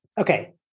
Okay